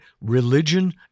religion